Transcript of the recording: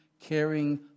caring